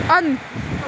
on